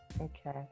okay